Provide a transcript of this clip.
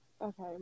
Okay